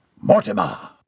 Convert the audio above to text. Mortimer